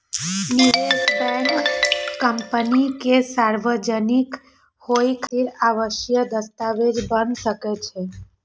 निवेश bank company के सार्वजनिक होइ खातिर आवश्यक दस्तावेज बना सकै छै